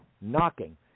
knocking